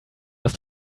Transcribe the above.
ist